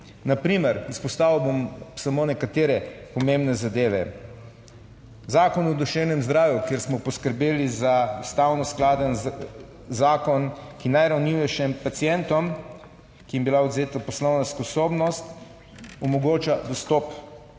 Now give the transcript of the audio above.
Na primer izpostavil bom samo nekatere pomembne zadeve. Zakon o duševnem zdravju, kjer smo poskrbeli za ustavno skladen zakon, ki najranljivejšim pacientom, ki jim je bila odvzeta poslovna sposobnost, omogoča dostop